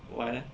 why leh